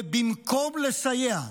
ובמקום לסייע,